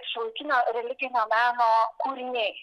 šiuolaikinio religinio meno kūriniai